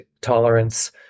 tolerance